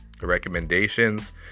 recommendations